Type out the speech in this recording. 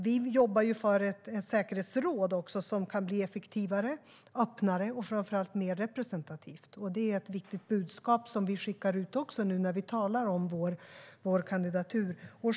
Vi jobbar också för ett säkerhetsråd som kan bli effektivare, öppnare och framför allt mer representativt. Det är ett viktigt budskap som vi skickar ut nu när vi talar om vår kandidatur.